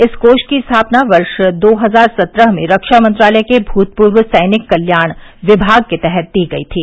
इस कोष की स्थापना वर्ष दो हजार सत्रह में रक्षा मंत्रालय के भूतपूर्व सैनिक कल्याण विभाग के तहत की गई थी